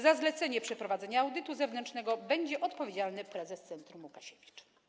Za zlecenie przeprowadzenia audytu zewnętrznego będzie odpowiedzialny prezes Centrum Łukasiewicz.